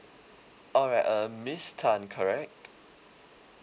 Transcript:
alright uh miss tan correct